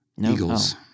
Eagles